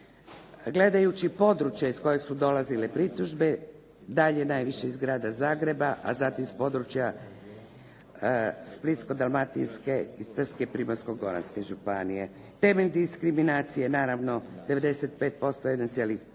Gledajući područje iz kojeg su dolazile pritužbe, dalje najviše iz Grada Zagreba, a zatim s područja Splitsko-dalmatinske i Primorsko-goranske županije. Temelj diskriminacije naravno … /Govornica